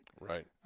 Right